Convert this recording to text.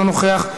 אינו נוכח,